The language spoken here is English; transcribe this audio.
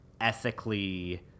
ethically